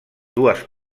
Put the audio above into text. dues